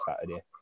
Saturday